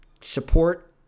support